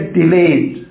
delayed